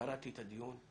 קראתי את הדיון,